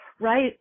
right